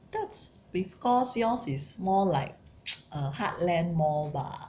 that's because yours is more like a heartland mall bah